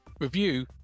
review